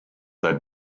that